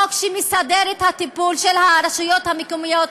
חוק שמסדיר את הטיפול של הרשויות המקומיות,